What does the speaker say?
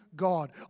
God